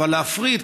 אבל להפריד,